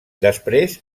després